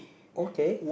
okay